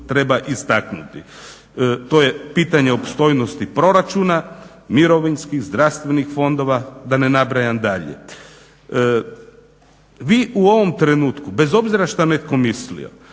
treba istaknuti. To je pitanje opstojnosti proračuna, mirovinskih, zdravstvenih fondova da ne nabrajam dalje. Vi u ovom trenutku bez obzira što netko mislio